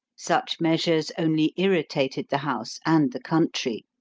such measures only irritated the house and the country.